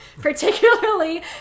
particularly